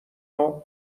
واومدین